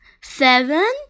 seven